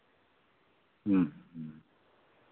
ᱦᱩᱸ ᱦᱩᱸ